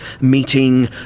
meeting